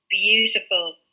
beautiful